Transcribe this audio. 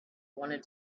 wanted